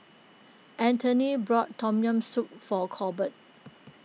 Antony bought Tom Yam Soup for Corbett